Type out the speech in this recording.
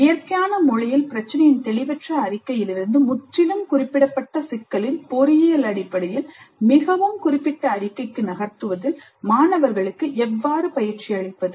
இயற்கையான மொழியில் பிரச்சினையின் தெளிவற்ற அறிக்கையிலிருந்து முற்றிலும் குறிப்பிடப்பட்ட சிக்கலின் பொறியியல் அடிப்படையில் அமைந்த அறிக்கைக்கு நகர்த்துவதில் மாணவர்களுக்கு எவ்வாறு பயிற்சி அளிப்பது